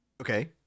Okay